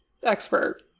Expert